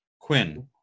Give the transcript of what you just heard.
Quinn